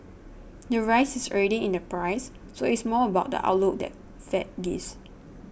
the rise is already in the price so it's more about the outlook the Fed gives